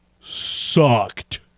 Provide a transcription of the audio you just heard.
sucked